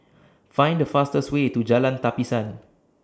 Find The fastest Way to Jalan Tapisan